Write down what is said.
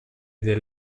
del